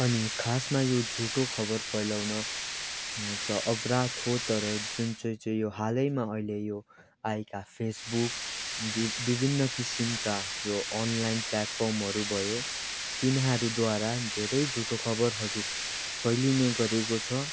अनि खासमा यो झुटो खबर फैलाउन त अपराध हो तर जुन चाहिँ चाहिँ यो हालैमा अहिले यो आएका फेसबुक दि विभिन्न किसिमका यो अनलाइन प्ल्याटफर्महरू भयो तिनीहरूद्वारा धेरै झुटो खबरहरू फैलिने गरेको छ